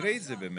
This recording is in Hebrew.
תקראי את זה.